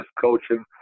coaching